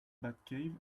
batcave